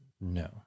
no